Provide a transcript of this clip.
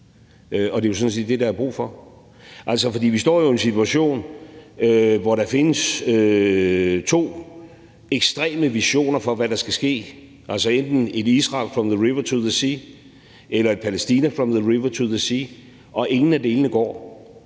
Og det er sådan set det, der er brug for. For vi står jo i en situation, hvor der findes to ekstreme visioner for, hvad der skal ske, altså enten et Israel from the river to the sea eller et Palæstina from the river to the sea, og ingen af delene går.